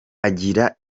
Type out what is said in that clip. agira